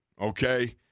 okay